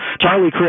Charlie